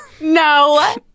No